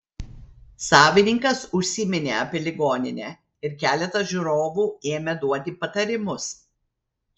savininkas užsiminė apie ligoninę ir keletas žiūrovų ėmė duoti patarimus